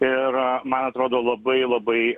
ir man atrodo labai labai